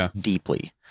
deeply